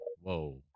Whoa